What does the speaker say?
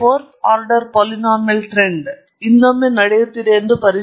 ನಾನು ಅದನ್ನು ನಿಮಗೆ ಬಿಟ್ಟುಬಿಡುತ್ತೇನೆ ಇದೀಗ ನಾನು ಇದನ್ನು ಹೇಗೆ ಮಾಡಬೇಕೆಂದು ನಾನು ನಿಮಗೆ ತೋರಿಸುತ್ತೇನೆ